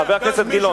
לא, חבר הכנסת גילאון.